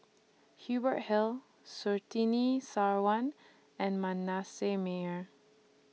Hubert Hill Surtini Sarwan and Manasseh Meyer